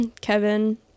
Kevin